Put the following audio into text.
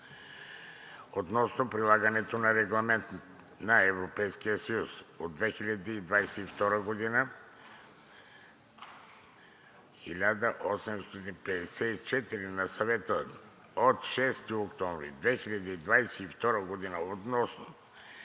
относно прилагането на Регламент на Европейския съюз от 2022 г., 1854, на Съвета от 6 октомври 2022 г. относно